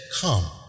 come